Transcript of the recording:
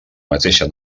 mateixa